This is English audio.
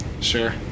Sure